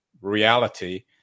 reality